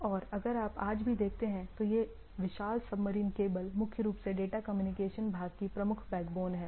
और अगर आप आज भी देखते हैं तो यह विशाल सबमरीन केबल मुख्य रूप से डेटा कम्युनिकेशन भाग की प्रमुख बैकबोन है